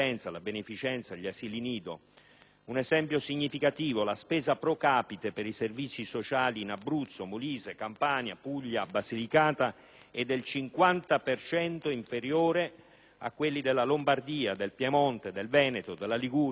Un esempio significativo: la spesa *pro capite* per i servizi sociali in Abruzzo, Molise, Campania, Puglia, Basilicata è del 50 per cento inferiore a quella della Lombardia, del Piemonte, del Veneto, della Liguria, dell'Emilia-Romagna, della Toscana.